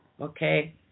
Okay